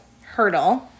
Hurdle